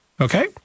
Okay